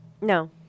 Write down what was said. No